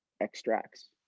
extracts